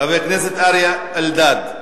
חבר הכנסת אריה אלדד.